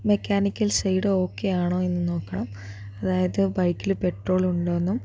mechanical side ഓക്കേയാണോയെന്ന് നോക്കണം അതായത് ബൈക്കിൽ പെട്രോൾ ഉണ്ടോയെന്നും